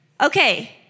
Okay